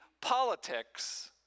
politics